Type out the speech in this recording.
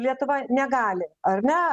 lietuva negali ar ne